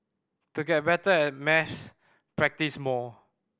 to get better at maths practise more